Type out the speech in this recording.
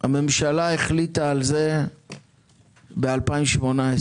משרד ראש הממשלה יש הרבה משרדי מטה שאינם משרד ראש הממשלה.